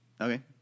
Okay